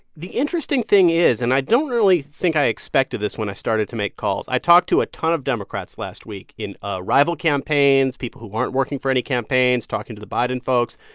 the interesting thing is and i don't really think i expected this when i started to make calls. i talked to a ton of democrats last week in ah rival campaigns, people who aren't working for any campaigns, talking to the biden folks.